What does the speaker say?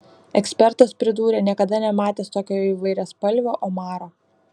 ekspertas pridūrė niekada nematęs tokio įvairiaspalvio omaro